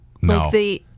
no